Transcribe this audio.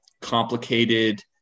complicated